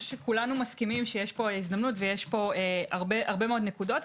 כולנו מסכימים שיש פה הזדמנות והרבה מאוד נקודות.